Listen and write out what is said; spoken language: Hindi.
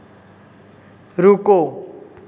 रुको